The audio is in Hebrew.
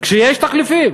כשיש תחליפים,